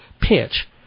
pitch